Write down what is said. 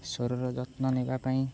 ସ୍ୱରର ଯତ୍ନ ନେବା ପାଇଁ